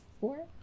four